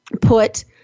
put